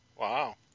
Wow